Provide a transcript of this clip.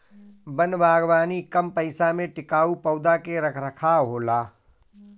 वन बागवानी कम पइसा में टिकाऊ पौधा के रख रखाव होला